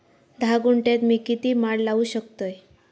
धा गुंठयात मी किती माड लावू शकतय?